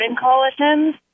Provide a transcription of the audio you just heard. coalitions